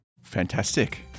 fantastic